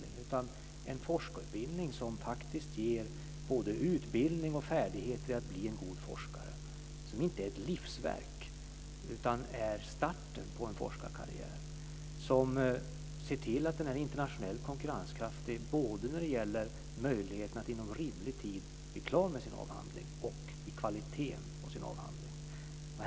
Det ska vara en forskarutbildning som ger både utbildning och färdigheter i att bli en god forskare, som inte är ett livsverk utan starten på en forskarkarriär, som är internationellt konkurrenskraftig när det gäller både möjligheten att inom rimlig tid bli klar med avhandlingen och kvaliteten på avhandlingen.